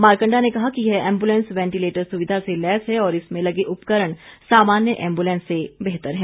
मारकंडा ने कहा कि यह एम्बुलेंस वेंटिलेटर सुविधा से लैस है और इसमें लगे उपकरण सामान्य एम्बुलेंस से बेहतर है